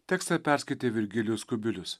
tekstą perskaitė virgilijus kubilius